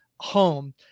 home